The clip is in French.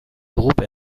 groupe